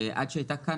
עד שהייתה כאן,